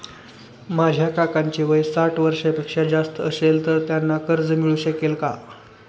माझ्या काकांचे वय साठ वर्षांपेक्षा जास्त असेल तर त्यांना कर्ज मिळू शकेल का?